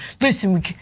listen